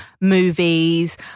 movies